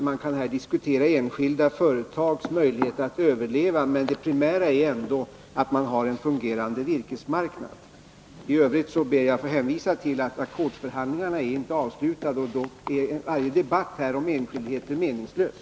Man kan diskutera enskilda företags möjligheter att överleva, men det primära är att man har en fungerande virkesmarknad. I övrigt ber jag att få hänvisa till att ackordsförhandlingarna inte är avslutade. Då är varje debatt om enskildheter meningslös.